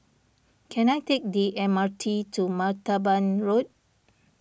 can I take the M R T to Martaban Road